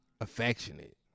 affectionate